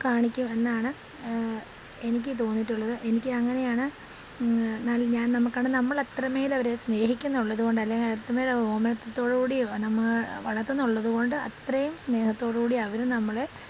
കാണിക്കും എന്നാണ് എനിക്ക് തോന്നിയിട്ടുള്ളത് എനിക്ക് അങ്ങനെയാണ് ഞാൻ നമുക്കാണ് നമ്മളത്രമേൽ അവരെ സ്നേഹിക്കുന്നുള്ളത് കൊണ്ട് അല്ലേ അത്രമേൽ ഓമനത്തത്തോടുകൂടി നമ്മൾ വളർത്തുന്നുള്ളത് കൊണ്ട് അത്രേം സ്നേഹത്തോടുകൂടി അവരും നമ്മളെ